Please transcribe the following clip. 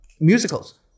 musicals